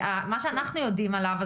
מה שאנחנו יודעים עליו,